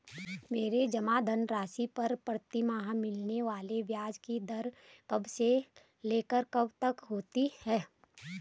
मेरे जमा धन राशि पर प्रतिमाह मिलने वाले ब्याज की दर कब से लेकर कब तक होती है?